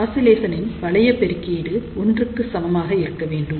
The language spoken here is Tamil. ஆசிலேசனின் வளைய பெருக்கீடு ஒன்றுக்கு சமமாக இருக்க வேண்டும்